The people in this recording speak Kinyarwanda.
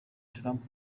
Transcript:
trump